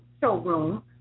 showroom